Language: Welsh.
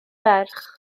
ferch